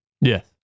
Yes